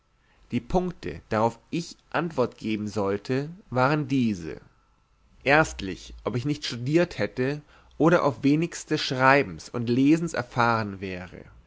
die punkten darauf ich antwort geben sollte waren diese erstlich ob ich nicht studiert hätte oder aufs wenigste schreibens und lesens erfahren wäre